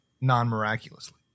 non-miraculously